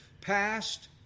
past